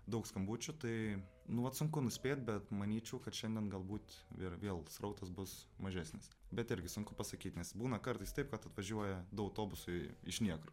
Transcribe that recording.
daug skambučių tai nu vat sunku nuspėt bet manyčiau kad šiandien galbūt ir vėl srautas bus mažesnis bet argi sunku pasakyt nes būna kartais taip kad atvažiuoja du autobusai iš niekur